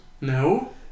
No